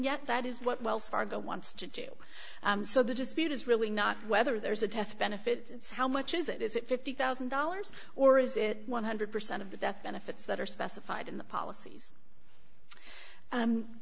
yet that is what wells fargo wants to do so the dispute is really not whether there's a test benefit it's how much is it is it fifty thousand dollars or is it one hundred percent of the death benefits that are specified in the policies